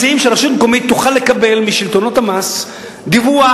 מציעים שרשות מקומית תוכל לקבל משלטונות המס דיווח